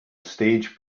stage